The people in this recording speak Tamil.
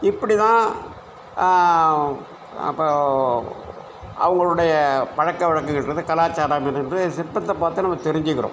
இப்படிதான் அப்போது அவர்களுடைய பழக்க வழக்கங்களென்று கலாச்சாரங்களென்று சிற்பத்தை பார்த்து நம்ம தெரிஞ்சுக்கிறோம்